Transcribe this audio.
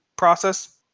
process